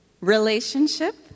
Relationship